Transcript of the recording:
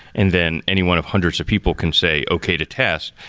and then any one of hundreds of people can say, okay to test.